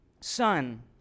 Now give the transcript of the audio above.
son